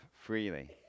freely